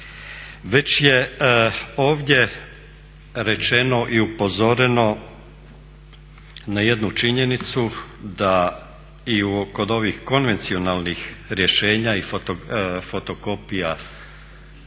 Već je ovdje rečeno i upozoreno na jednu činjenicu, da i kod ovih konvencionalnih rješenja i fotokopija